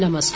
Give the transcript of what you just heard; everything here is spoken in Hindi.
नमस्कार